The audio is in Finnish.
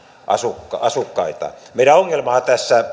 asukkaita asukkaita meidän ongelmahan